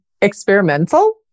experimental